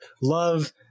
love